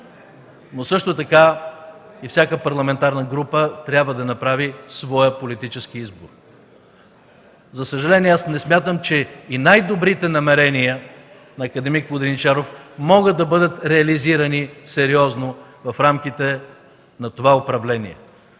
но също така и всяка парламентарна група трябва да направи своя политически избор. За съжаление, аз не смятам, че и най-добрите намерения на акад. Воденичаров могат да бъдат реализирани сериозно в рамките на това управление,